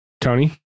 Tony